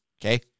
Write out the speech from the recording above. Okay